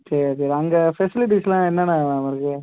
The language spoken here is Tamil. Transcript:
சரி சரி அங்கே ஃபெசிலிட்டிஸ்லாம் என்னென்ன மேம் இருக்குது